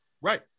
right